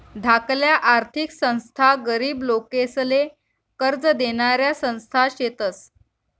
धाकल्या आर्थिक संस्था गरीब लोकेसले कर्ज देनाऱ्या संस्था शेतस